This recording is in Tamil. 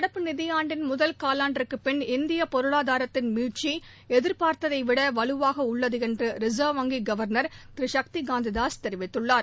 நடப்பு நிதியாண்டின் முதல் காலாண்டுக்குப் பின் இந்திய பொருளாதாரத்தின் மீட்சி எதிபார்த்தைவிட வலுவாக உள்ளது என்று ரிசர்வ் வங்கி கவர்னர் திரு சக்தி காந்ததாஸ் தெரிவித்துள்ளார்